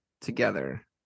together